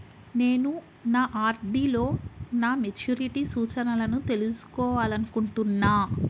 నేను నా ఆర్.డి లో నా మెచ్యూరిటీ సూచనలను తెలుసుకోవాలనుకుంటున్నా